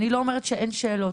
אני לא אומרת שאין שאלות,